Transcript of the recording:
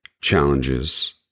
challenges